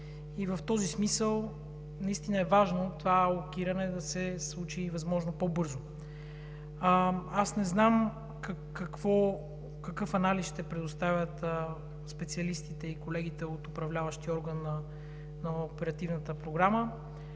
И в този смисъл наистина е важно това алокиране да се случи възможно по бързо. Аз не знам какъв анализ ще предоставят специалистите и колегите от управляващия орган на оперативната програма,